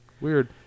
Weird